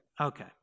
okay